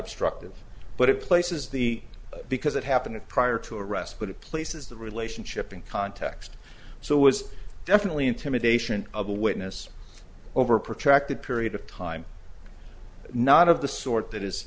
obstructive but it places the because it happened prior to arrest but it places the relationship in context so it was definitely intimidation of a witness over protracted period of time not of the sort that is